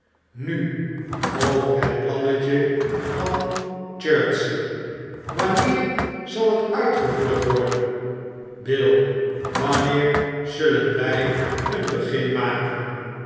nu over het plannetje van chertsey wanneer zal het uitgevoerd worden bill wanneer zullen wij een begin maken